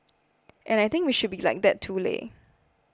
and I think we should be like that too leh